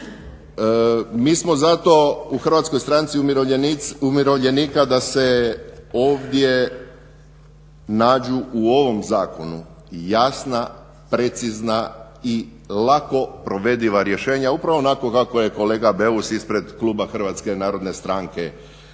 mi smo zato u HSU-u da se ovdje nađu u ovom zakonu jasna, precizna i lako provediva rješenja, upravo onako kako je kolega Beus ispred kluba HNS-a rekao jer je